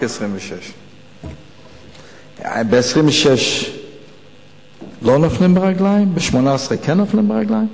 רק 26. ב-26 לא נופלים מהרגליים וב-18 כן נופלים מהרגליים?